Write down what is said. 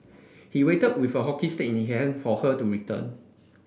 he waited with a hockey stick in he hand for her to return